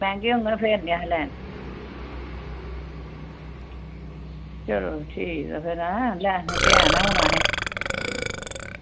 चलो ठीक ऐ फिर हैं लेने ते हैंन होन आसे